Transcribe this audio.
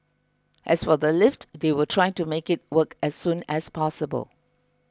as for the lift they will try to make it work as soon as possible